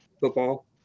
football